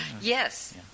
Yes